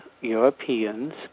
Europeans